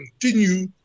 continue